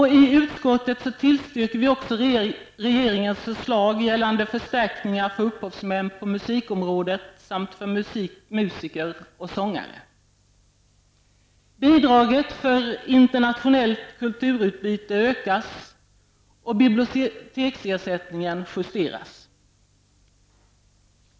I utskottet tillstyrker vi också regeringens förslag om förstärkningar för upphovsmän på musikområdet samt för musiker och sångare. Bidraget för internationellt kulturutbyte ökas, och biblioteksersättningen justeras.